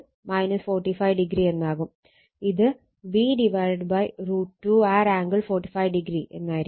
ഇത് V√ 2 R angle 45° എന്നാവും